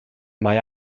mae